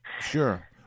sure